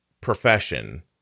profession